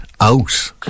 out